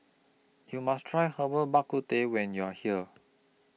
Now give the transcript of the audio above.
YOU must Try Herbal Bak Ku Teh when YOU Are here